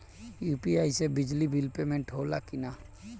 UPI से बिजली bill payment होला कि न?